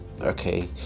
okay